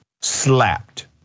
slapped